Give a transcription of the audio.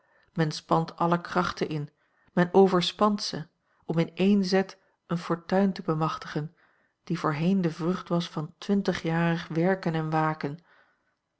men spant alle krachten in men overspant ze om in één zet eene fortuin te bemachtigen die voorheen de vrucht was van twintigjarig werken en waken